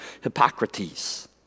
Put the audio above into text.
Hippocrates